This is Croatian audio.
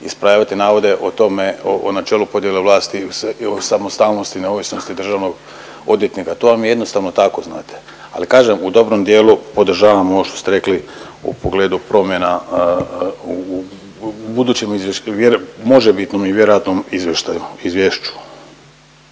ispravljati navode o tome o načelu podjele vlasti i o samostalnosti i neovisnosti državnog odvjetnika. To vam je jednostavno tako znate, ali kažem u dobrom dijelu podržavam ovo što ste rekli u pogledu promjena u budućem izvj… možebitno i vjerojatnom izvještaju,